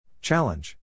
Challenge